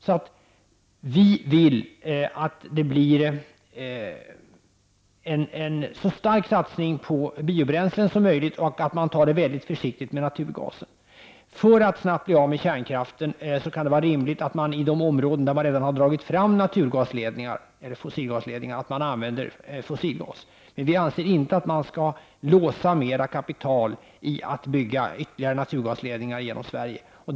Vi vill alltså att det blir en så stor satsning som möjligt på biobränslen och att man tar det mycket försiktigt med naturgasen. För att snabbt bli av med kärnkraften kan det vara rimligt att man använder fossilgas i de områden där man redan har dragit fram fossilgasledningar. Men vi anser inte att man skall låsa mer kapital genom att bygga ytterligare fossilgasledningar genom Sverige.